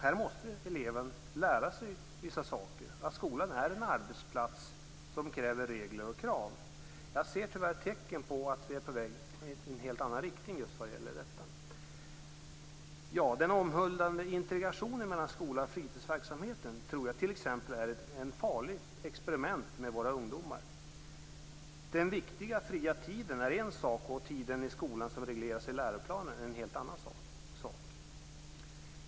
Här måste eleven lära sig vissa saker, t.ex. att skolan är en arbetsplats som kräver regler och krav. Jag ser tyvärr tecken på att vi är på väg i en helt annan riktning just vad det gäller detta. Den omhuldade integrationen mellan skola och fritidsverksamhet tror jag t.ex. är ett farligt experiment med våra ungdomar. Den viktiga fria tiden är en sak, och tiden i skolan som regleras i läroplanen är en helt annan sak.